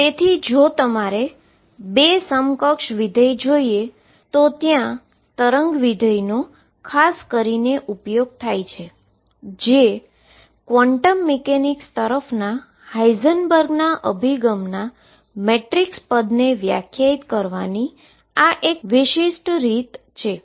તેથી જો તમારે જો બે સમકક્ષ ફંક્શન જોઈએ તો ત્યાં વેવ ફંક્શનનો ખાસ રીતે ઉપયોગ થાય છે જે ક્વોન્ટમ મિકેનિક્સ તરફના હાઈઝનબર્ગના અભિગમના મેટ્રિક્સ એલીમેન્ટને વ્યાખ્યાયિત કરવાની આ એક વિશિષ્ટ રીત છે